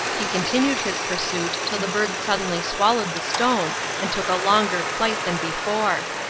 he continued his pursuit till the bird suddenly swallowed the stone and took a longer flight than before.